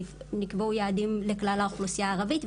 נקבעו יעדים לכלל האוכלוסייה הערבית,